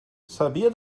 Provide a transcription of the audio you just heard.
sabia